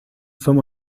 from